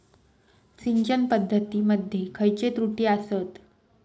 सिंचन पद्धती मध्ये खयचे त्रुटी आसत?